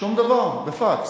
שום דבר, בפקס.